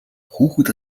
хүүхэд